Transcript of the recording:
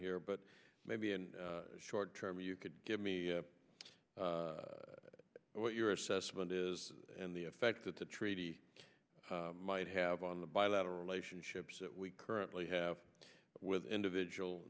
here but maybe in short term you could give me what your assessment is and the effect that the treaty might have on the bilateral relationships that we currently have with individual